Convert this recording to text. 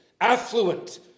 affluent